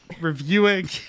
reviewing